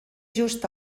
just